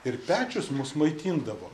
ir pečius mus maitindavo